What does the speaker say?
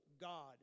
God